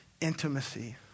intimacy